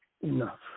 enough